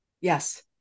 Yes